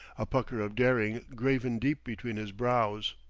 a pucker of daring graven deep between his brows.